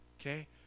okay